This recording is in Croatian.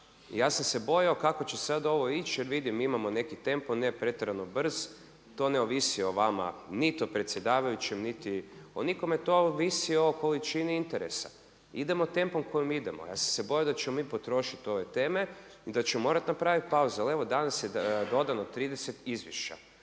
Ja sam se bojao kako će sada ovo ići jer vidim imamo neki tempo ne pretjerano brz, to ne ovisi o vama, niti o predsjedavajućem, niti o nikome. To ovisi o količini interesa. Idemo tempom kojim idemo. Ja sam se bojao da ćemo mi potrošiti ove teme i da ćemo morati napraviti pauzu, ali evo danas je dodano 30 izvješća.